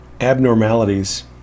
abnormalities